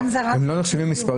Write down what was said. מספר